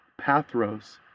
Pathros